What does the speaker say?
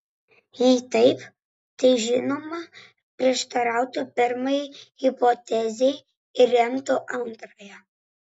jei taip tai žinoma prieštarautų pirmajai hipotezei ir remtų antrąją